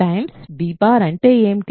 a b అంటే ఏమిటి